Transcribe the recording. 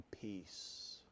peace